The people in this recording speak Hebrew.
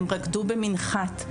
הם רקדו במנחת,